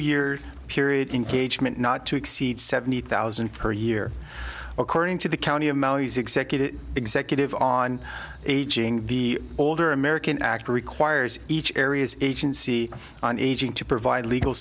years period engagement not to exceed seventy thousand per year according to the county of maui's executive executive on aging the older american act requires each area's agency on aging to provide legal